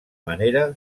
manera